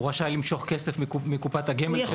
הוא רשאי למשוך כסף מקופת הגמל שלו.